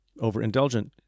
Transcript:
overindulgent